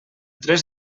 tres